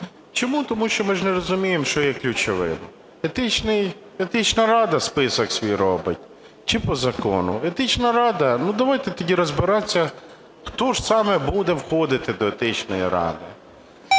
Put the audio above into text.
Чому? Тому що ми ж не розуміємо, що є ключовим: Етична рада список свій робить чи по закону? Етична рада? Ну, давайте тоді розбиратися, хто ж саме буде входити до Етичної ради.